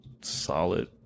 solid